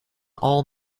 all